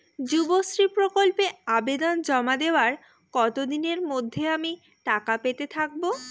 যুবশ্রী প্রকল্পে আবেদন জমা দেওয়ার কতদিনের মধ্যে আমি টাকা পেতে থাকব?